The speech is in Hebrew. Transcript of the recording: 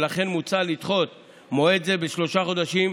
ולכן מוצע לדחות מועד זה בשלושה חודשים,